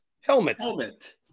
Helmet